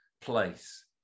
place